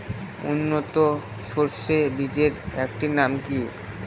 উন্নত সরষে বীজের একটি নাম কি?